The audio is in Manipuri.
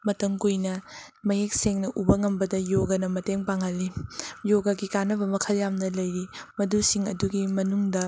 ꯃꯇꯝ ꯀꯨꯏꯅ ꯃꯌꯦꯛ ꯁꯦꯡꯅ ꯎꯕ ꯉꯝꯕꯗ ꯌꯣꯒꯅ ꯃꯇꯦꯡ ꯄꯥꯡꯍꯜꯂꯤ ꯌꯣꯒꯒꯤ ꯀꯥꯟꯅꯕ ꯃꯈꯜ ꯌꯥꯝꯅ ꯂꯩꯔꯤ ꯃꯗꯨꯁꯤꯡ ꯑꯗꯨꯒꯤ ꯃꯅꯨꯡꯗ